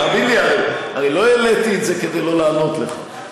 תאמין לי, אני לא העליתי את זה כדי לא לענות לך.